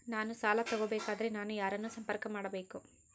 ನಾನು ಸಾಲ ತಗೋಬೇಕಾದರೆ ನಾನು ಯಾರನ್ನು ಸಂಪರ್ಕ ಮಾಡಬೇಕು?